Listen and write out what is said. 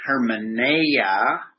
hermeneia